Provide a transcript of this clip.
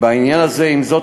עם זאת,